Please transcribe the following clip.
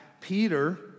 Peter